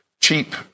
cheap